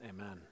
amen